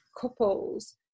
couples